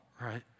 right